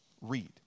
read